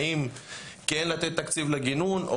האם כן לתת תקציב לגינון,